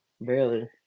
Barely